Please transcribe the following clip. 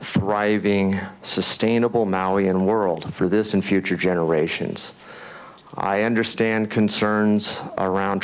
thriving sustainable now and world for this in future generations i understand concerns around